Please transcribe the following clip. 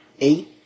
eight